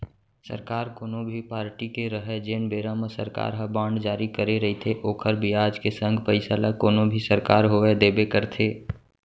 सरकार कोनो भी पारटी के रहय जेन बेरा म सरकार ह बांड जारी करे रइथे ओखर बियाज के संग पइसा ल कोनो भी सरकार होवय देबे करथे